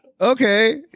okay